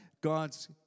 God's